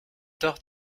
tort